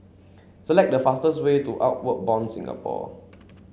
select the fastest way to Outward Bound Singapore